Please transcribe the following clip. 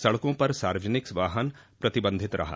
सड़कों पर सार्वजनिक वाहन प्रतिबंधित रहा